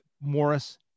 morris